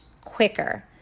quicker